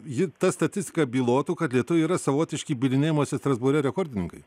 ji ta statistika bylotų kad lietuviai yra savotiški bylinėjimosi strasbūre rekordininkai